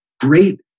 great